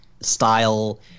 style